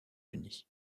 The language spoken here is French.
unis